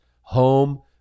home